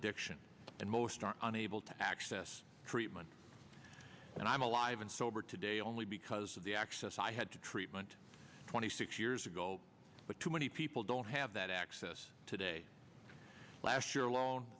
addiction and most are unable to access treatment and i'm alive and sober today only because of the access i had to treatment twenty six years ago but too many people don't have that access today last year alone